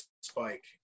spike